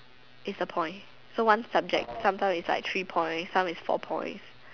it's a point so one subject sometimes it's like three points some it's four points